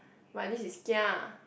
but this is kia